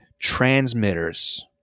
transmitters